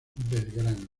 belgrano